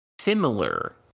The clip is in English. similar